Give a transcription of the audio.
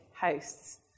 hosts